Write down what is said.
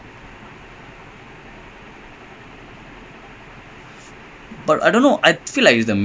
he's already earned more than depay demarai put together